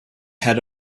head